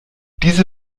diese